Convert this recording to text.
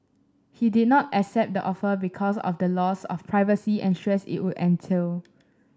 he did not accept the offer because of the loss of privacy and stress it would entail